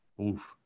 Oof